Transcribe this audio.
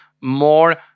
more